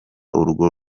urwo